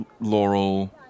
Laurel